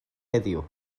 heddiw